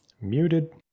Muted